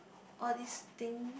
all these thing